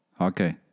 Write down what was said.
Okay